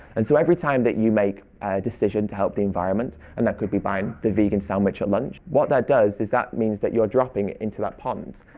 and so every time that you make a decision to help the environment and that could be buying the vegan sandwich at lunch what that does is that means that you're dropping into that pond.